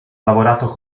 lavorato